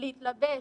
להתלבש,